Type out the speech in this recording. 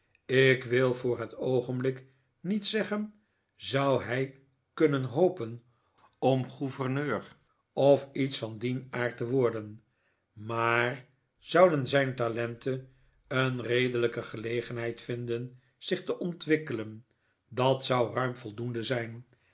ik wil voor het oogenblik niet zeggen zou hij kunnen hopen om gouverneur of iets van dien aard te worden maar zouden zijn talenten een redelijke gelegenheid vinden zich te ontwikkelen dat zou ruim voldoende zijn